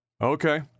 Okay